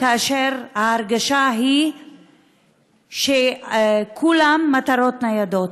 ההרגשה היא שכולם מטרות ניידות,